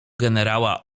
generała